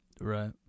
Right